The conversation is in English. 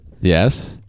Yes